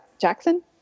Jackson